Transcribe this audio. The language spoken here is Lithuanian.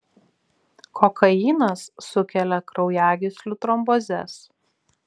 kokainas sukelia kraujagyslių trombozes